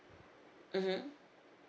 mmhmm